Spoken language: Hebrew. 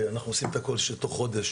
אנחנו עושים את הכל ותוך חודש